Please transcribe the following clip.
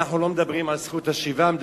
אנו לא מדברים על זכות השיבה.